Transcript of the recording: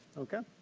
okay?